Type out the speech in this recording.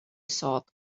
thought